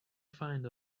find